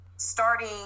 starting